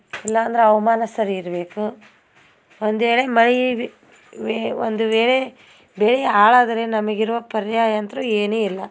ಇಲ್ಲ ಅಂದ್ರೆ ಹವ್ಮಾನ ಸರಿ ಇರಬೇಕು ಒಂದು ವೇಳೆ ಮಳೆ ವಿ ವೇ ಒಂದು ವೇಳೆ ಬೆಳೆ ಹಾಳಾದರೆ ನಮಿಗೆ ಇರುವ ಪರ್ಯಾಯ ಅಂತೂ ಏನೂ ಇಲ್ಲ